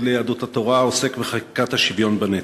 ליהדות התורה עוסק בחקיקת השוויון בנטל.